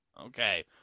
Okay